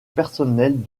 personnelles